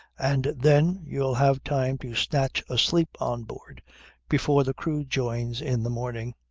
and then you'll have time to snatch a sleep on board before the crew joins in the morning.